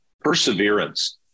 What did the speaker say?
Perseverance